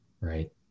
Right